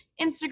Instagram